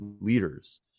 leaders